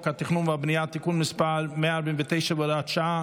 התכנון והבנייה (תיקון מס' 149 והוראת שעה),